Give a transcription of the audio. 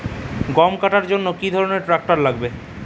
গম কাটার জন্য কি ধরনের ট্রাক্টার লাগে?